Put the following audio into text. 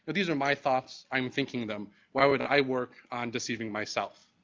but these are my thoughts, i'm thinking them. why would i work on deceiving myself?